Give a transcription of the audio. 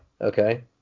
okay